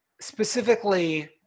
Specifically